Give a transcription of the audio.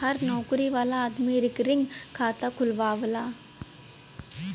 हर नउकरी वाला आदमी रिकरींग खाता खुलवावला